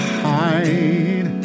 hide